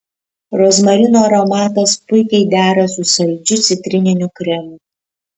rozmarinų aromatas puikiai dera su saldžiu citrininiu kremu